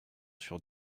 sur